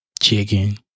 chicken